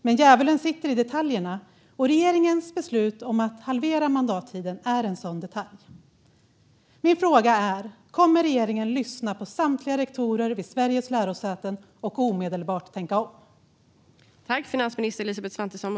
Men djävulen sitter i detaljerna, och regeringens beslut att halvera mandattiden är en sådan detalj. Min fråga är: Kommer regeringen att lyssna på samtliga rektorer vid Sveriges lärosäten och omedelbart tänka om?